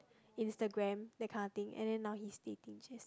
Instagram that kind of thing and then now he's dating Jessie J